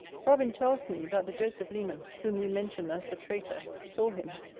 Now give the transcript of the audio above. robin tells me, that the joseph leman, whom you mention as the traitor, saw him.